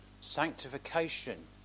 Sanctification